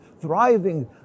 thriving